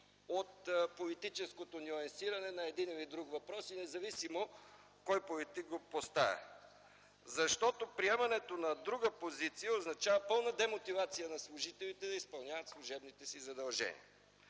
от политическото нюансиране на един или друг въпрос и независимо кой политик го поставя. Защото приемането на друга позиция означава пълна демотивация на служителите да изпълняват служебните си задължения.